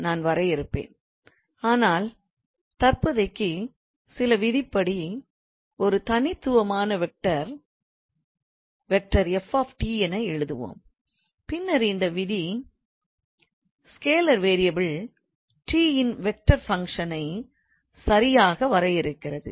நான் வரையறுப்பேன் ஆனால் தற்போதைக்கு சில விதிப்படி ஒரு தனித்துவமான வெக்டார் 𝑓⃗𝑡என எழுதுவோம் பின்னர் இந்த விதி ஸ்கேலார் வேரியபிள் t இ ன் வெக்டார் ஃபங்க்ஷனை சரியாக வரையறுக்கிறது